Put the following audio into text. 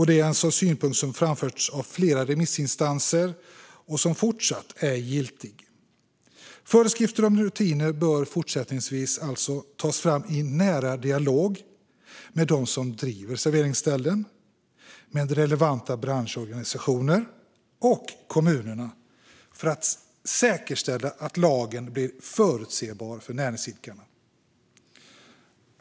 Det är en synpunkt som har framförts av flera remissinstanser och som fortsatt är giltig. Föreskrifterna om rutiner bör man fortsättningsvis alltså ta fram i nära dialog med dem som driver serveringsställen, med relevanta branschorganisationer och med kommunerna för att säkerställa att lagen blir förutsebar för näringsidkarna.